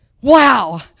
wow